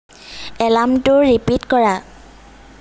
এলাৰ্মটোৰ repeat কৰা